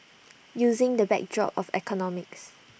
using the backdrop of economics